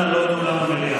אנא לא באולם המליאה.